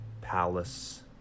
palace